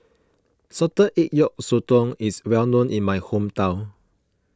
Salted Egg Yolk Sotong is well known in my hometown